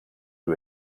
who